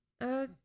Uh